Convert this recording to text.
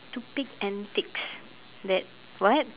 stupid antics that what